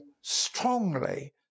strongly